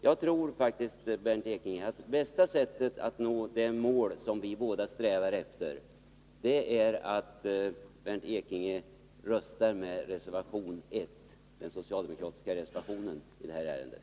Jag tror faktiskt, Bernt Ekinge, att bästa sättet att nå det mål som vi båda strävar efter är att rösta på den socialdemokratiska reservationen, reservation 1, i det här ärendet.